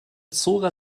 zora